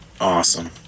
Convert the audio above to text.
awesome